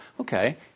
Okay